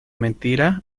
mentira